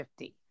50